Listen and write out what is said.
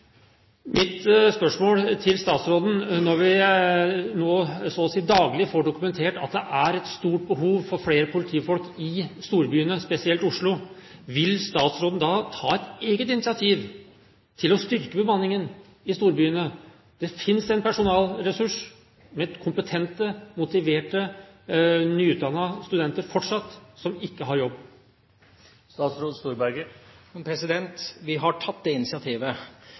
Mitt spørsmål til statsråden er: Når vi nå så å si daglig får dokumentert at det er et stort behov for flere politifolk i storbyene, spesielt Oslo, vil statsråden ta et eget initiativ til å styrke bemanningen i storbyene? Det finnes en personalressurs med kompetente, motiverte og nyutdannede studenter som fortsatt ikke har jobb. Vi har tatt det initiativet.